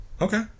Okay